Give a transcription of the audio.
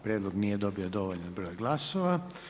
Prijedlog nije dobio dovoljan broj glasova.